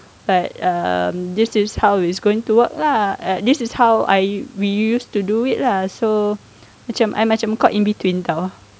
but um this is how it's going to work lah this is how I we used to do it lah so macam I macam caught in [tau]